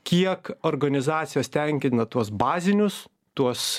kiek organizacijos tenkina tuos bazinius tuos